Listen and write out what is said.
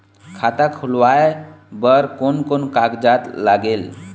खाता खुलवाय बर कोन कोन कागजात लागेल?